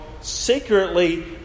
secretly